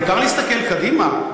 מותר להסתכל קדימה,